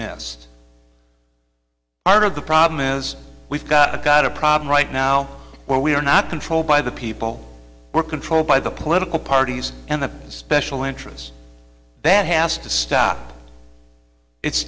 missed part of the problem is we've got a got a problem right now where we are not controlled by the people who are controlled by the political parties and the special interests that has to stop it